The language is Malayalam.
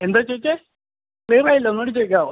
എന്താ ചോദിച്ചേ ക്ലിയറായില്ല ഒന്നുകൂടി ചോദിക്കാമോ